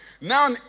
Now